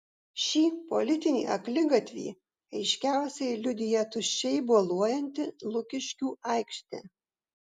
šį politinį akligatvį aiškiausiai liudija tuščiai boluojanti lukiškių aikštė